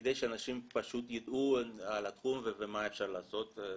כדי שאנשים פשוט יידעו על התחום ומה אפשר לעשות,